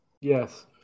yes